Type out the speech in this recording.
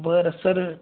बरं सर